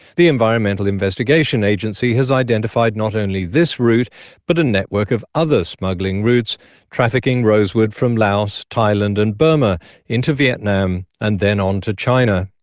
the environmental investigation agency has identified not only this route but a network of other smuggling routes trafficking rosewood from laos, laos, thailand and burma into vietnam and then on to china.